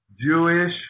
Jewish